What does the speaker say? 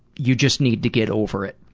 you just need to get over it,